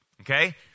Okay